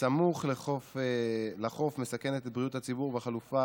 סמוך לחוף מסכנת את בריאות הציבור והחלופה